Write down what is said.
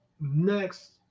next